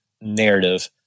narrative